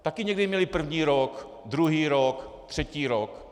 Taky někdy měli první rok, druhý rok, třetí rok.